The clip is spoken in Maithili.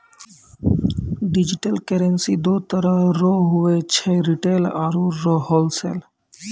डिजिटल करेंसी दो तरह रो हुवै छै रिटेल आरू होलसेल